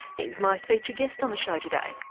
he's my feature guest on the show today.